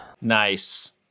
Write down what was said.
Nice